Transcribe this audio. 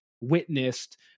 witnessed